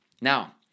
Now